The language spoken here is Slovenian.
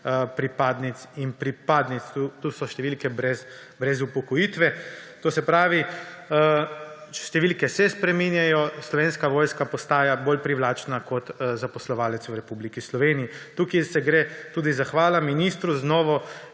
pripadnic in pripadnikov. To so številke brez upokojitve. To se pravi, številke se spreminjajo, Slovenska vojska postaja bolj privlačna kot zaposlovalec v Republiki Sloveniji. Tukaj gre tudi zahvala ministru z novo